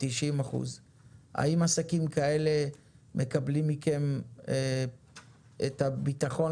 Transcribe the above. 90%. האם עסקים כאלה מקבלים מכם את הביטחון